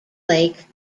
lake